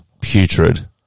putrid